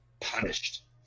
Punished